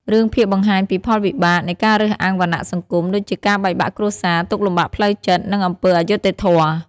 រឿងភាគបង្ហាញពីផលវិបាកនៃការរើសអើងវណ្ណៈសង្គម ដូចជាការបែកបាក់គ្រួសារ ទុក្ខលំបាកផ្លូវចិត្ត និងអំពើអយុត្តិធម៌។